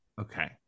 Okay